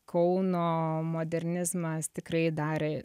kauno modernizmas tikrai darė